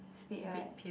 speed right